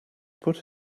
put